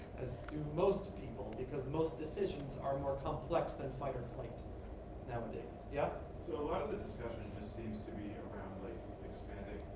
as do most people because most decisions are more complex than fight or flight nowadays. yeah? audience so a lot of the discussion just seems to be around like expanding